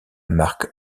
marque